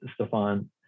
Stefan